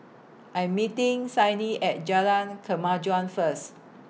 I'm meeting Sydni At Jalan Kemajuan First